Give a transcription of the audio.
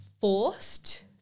forced